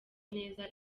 neza